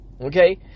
Okay